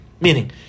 meaning